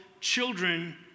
children